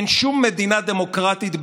אין שום מדינה דמוקרטית בעולם,